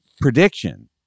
prediction